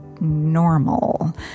normal